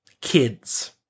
Kids